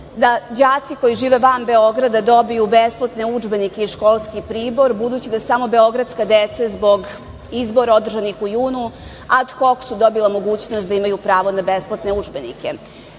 da đaci koji žive van Beograda dobiju besplatne udžbenike i školski pribor, budući da samo beogradska deca, zbog izbora održanih u junu, ad hok su dobila mogućnost da imaju pravo na besplatne udžbenike. Bilo